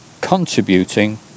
contributing